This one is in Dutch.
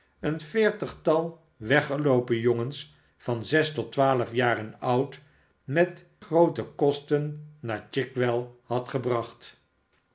een veertigtal weggeloopen jongens van zes tot twaalf jaren oud met groote kosten naar chi g well had gebracht